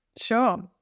Sure